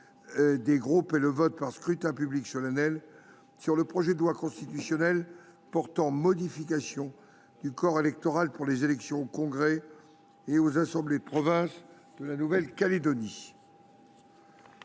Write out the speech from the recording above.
des groupes et le vote, par scrutin public solennel, sur le projet de loi constitutionnelle portant modification du corps électoral pour les élections au congrès et aux assemblées de province de la Nouvelle Calédonie